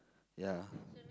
ya